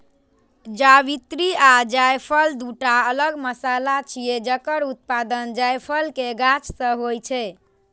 जावित्री आ जायफल, दूटा अलग मसाला छियै, जकर उत्पादन जायफल के गाछ सं होइ छै